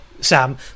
sam